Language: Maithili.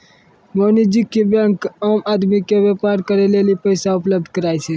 वाणिज्यिक बेंक आम आदमी के व्यापार करे लेली पैसा उपलब्ध कराय छै